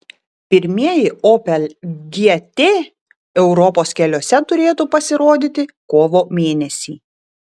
pirmieji opel gt europos keliuose turėtų pasirodyti kovo mėnesį